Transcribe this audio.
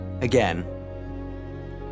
again